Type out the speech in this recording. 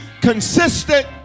consistent